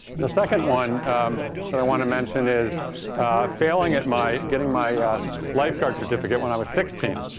the second one that i want to mention is failing at my getting my lifeguard certificate when i was sixteen.